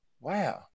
Wow